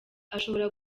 ashobora